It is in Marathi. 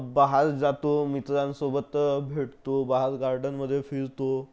बाहेर जातो मित्रांसोबत भेटतो बाहेर गार्डनमध्ये फिरतो